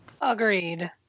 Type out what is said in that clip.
Agreed